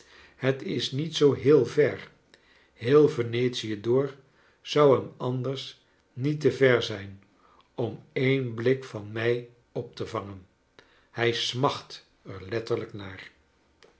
het is niet zoo heel ver heel venetie door zou hem anders niet te ver zijn om een blik van mij op te vangen hij smacht er letterlijk naar